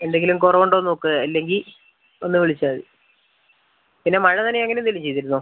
എന്തെങ്കിലും കുറവുണ്ടോന്ന് നോക്ക് അല്ലെങ്കിൽ ഒന്ന് വിളിച്ചാൽ മതി പിന്നെ മഴ നനയുക അങ്ങനെ എന്തേലും ചെയ്തിരുന്നോ